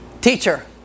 Teacher